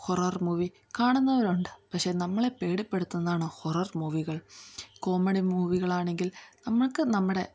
horror movie കാണുന്നവരുണ്ട് പക്ഷേ നമ്മളെ പേടിപ്പെടുത്തുന്നതാണ് ഹൊറർ മൂവികൾ കോമഡി മൂവികളാണെങ്കിൽ നമ്മൾക്ക് നമ്മുടെ